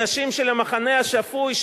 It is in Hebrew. אנשים של המחנה השפוי,